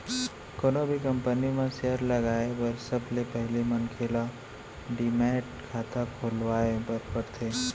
कोनो भी कंपनी म सेयर लगाए बर सबले पहिली मनखे ल डीमैट खाता खोलवाए बर परथे